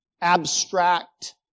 abstract